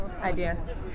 idea